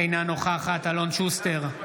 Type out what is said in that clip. אינה נוכחת אלון שוסטר,